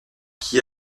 qui